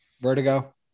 Vertigo